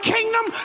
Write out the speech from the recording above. Kingdom